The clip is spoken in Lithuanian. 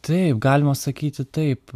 taip galima sakyti taip